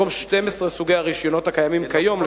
במקום 12 סוגי הרשיונות הקיימים כיום,